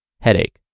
Headache